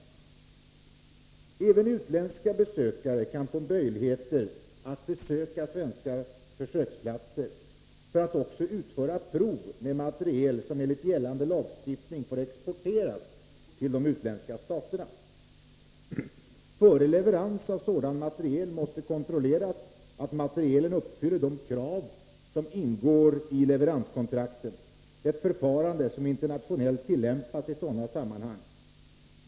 Även utländska besökare kan få tillträde till svenska försöksplatser, för att utföra prov med materiel som enligt gällande lagstiftning får exporteras till de utländska staterna. Före leverans av sådan materiel måste kontrolleras att materielen uppfyller de krav som ingår i leveranskontrakten, ett förfarande som internationellt tillämpas i sådana sammanhang.